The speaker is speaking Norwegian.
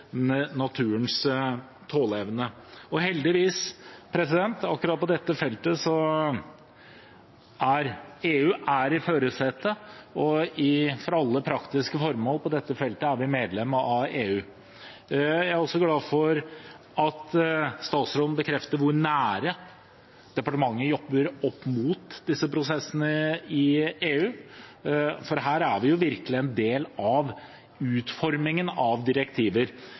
naturens tåleevne. Heldigvis er EU i førersetet, og på dette feltet er vi for alle praktiske formål medlem av EU. Jeg er også glad for at statsråden bekrefter hvor nær departementet jobber opp mot disse prosessene i EU, for her er vi virkelig en del av utformingen av direktiver.